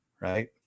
right